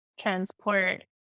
transport